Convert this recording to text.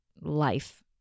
life